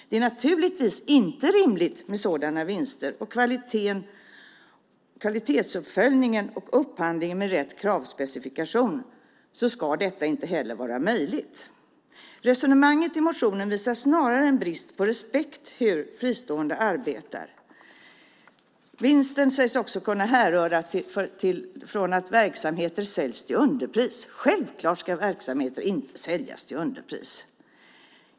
Det är naturligtvis inte rimligt med sådana vinster, och med kvalitetsuppföljning och upphandling med rätt kravspecifikation ska detta inte heller vara möjligt. Resonemanget i motionen visar snarare på en brist på respekt för hur fristående verksamheter arbetar. Vinsten sägs också kunna härröra från att verksamheter säljs till underpris. Verksamheter ska självfallet inte säljas till underpris.